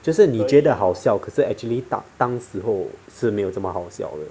就是你觉得好笑可是 actually 当当时侯是没有这么好笑的